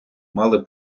мали